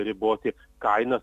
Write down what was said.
riboti kainas